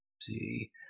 see